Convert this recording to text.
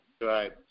Right